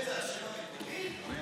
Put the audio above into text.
ארבל זה השם המקורי?